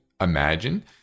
imagine